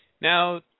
Now